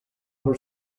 her